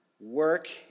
work